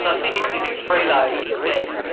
was thinking of using freelaoder instead.